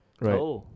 Right